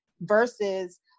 versus